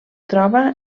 troba